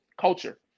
culture